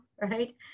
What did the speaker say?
right